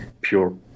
pure